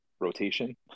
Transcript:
rotation